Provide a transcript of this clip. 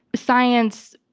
science,